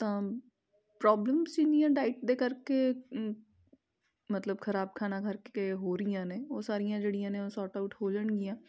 ਤਾਂ ਪ੍ਰੋਬਲਮ ਇੰਨੀਆਂ ਡਾਇਟ ਦੇ ਕਰਕੇ ਮਤਲਬ ਖਰਾਬ ਖਾਣਾ ਕਰਕੇ ਹੋ ਰਹੀਆਂ ਨੇ ਉਹ ਸਾਰੀਆਂ ਜਿਹੜੀਆਂ ਨੇ ਉਹ ਸੋਰਟ ਆਊਟ ਹੋ ਜਾਣਗੀਆਂ